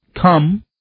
come